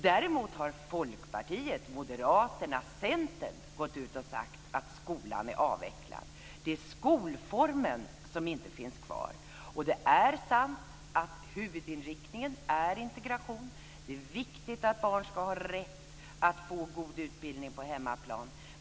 Däremot har Folkpartiet, Moderaterna och Centern gått ut och sagt att skolan är avvecklad. Det är skolformen som inte finns kvar. Det är också sant att huvudinriktningen är integration. Det är viktigt att barn ska ha rätt att få god utbildning på hemmaplan.